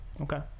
Okay